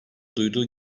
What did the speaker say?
duyduğu